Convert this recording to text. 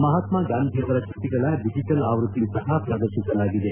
ಮಹಾತ್ಮಾ ಗಾಂಧಿ ಅವರ ಕೃತಿಗಳ ಡಿಜೆಟಲ್ ಆವ್ಯಕ್ತಿ ಸಹ ಪ್ರದರ್ಶಿಸಲಾಗಿದೆ